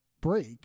break